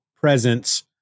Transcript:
presence